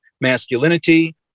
masculinity